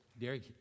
Derek